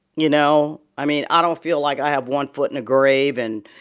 you know? i mean, i don't feel like i have one foot in a grave. and,